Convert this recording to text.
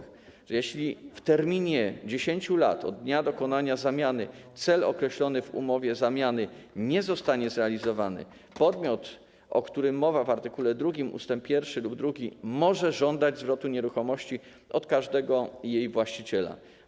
Chodzi o to, że jeśli w terminie 10 lat od dnia dokonania zamiany cel określony w umowie zamiany nie zostanie zrealizowany, podmiot, o którym mowa w art. 2 ust. 1 lub 2, może żądać zwrotu nieruchomości od każdego jej właściciela.